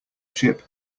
ship